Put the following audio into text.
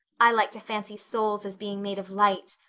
i like to fancy souls as being made of light.